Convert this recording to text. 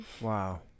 Wow